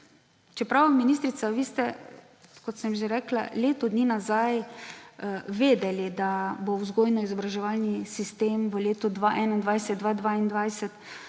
Čeprav, ministrica, vi ste, kot sem že rekla, leto dni nazaj vedeli, da bo vzgojno-izobraževalni sistem v letu 2021/2022